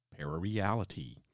Parareality